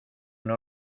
una